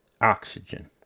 Oxygen